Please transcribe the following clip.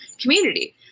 community